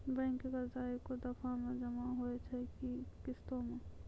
Bank के कर्जा ऐकै दफ़ा मे जमा होय छै कि किस्तो मे?